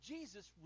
Jesus